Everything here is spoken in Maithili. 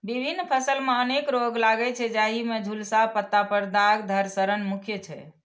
विभिन्न फसल मे अनेक रोग लागै छै, जाहि मे झुलसा, पत्ता पर दाग, धड़ सड़न मुख्य छै